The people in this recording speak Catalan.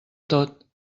tot